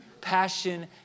Passion